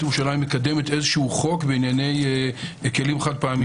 ירושלים מקדמת איזשהו חוק בענייני כלים חד-פעמיים.